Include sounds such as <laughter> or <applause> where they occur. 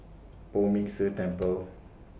Poh Ming Tse Temple <noise>